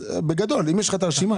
אז בגדול אם יש לך את הרשימה.